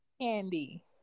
candy